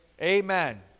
amen